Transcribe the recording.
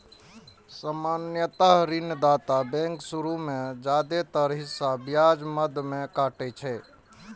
सामान्यतः ऋणदाता बैंक शुरू मे जादेतर हिस्सा ब्याज मद मे काटै छै